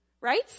right